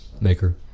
Maker